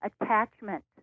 attachment